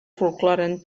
folklore